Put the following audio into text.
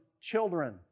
children